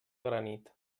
granit